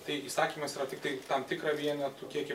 tai įsakymas yra tiktai tam tikrą vienetų kiekį